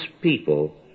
people